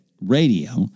Radio